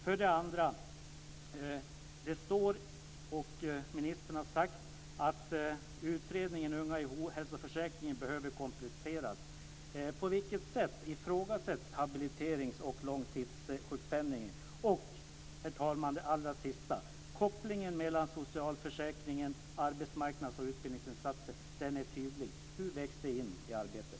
För det andra: Det står i svaret, och ministern har sagt, att utredningen Unga i ohälsoförsäkringen behöver kompletteras. På vilket sätt ifrågasätts habiliterings och långtidssjukpenningen? För det tredje: Kopplingen mellan socialförsäkringen och arbetsmarknads och utbildningsinsatser är tydlig. Hur vägs det in i arbetet?